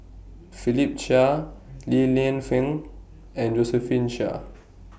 Philip Chia Li Lienfung and Josephine Chia